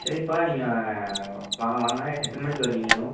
சரிப்பா நீங்கள் வாங்க வாங்க எத்தனை மணிக்கு வருவீங்க எதுவும்